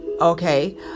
okay